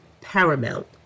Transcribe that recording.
paramount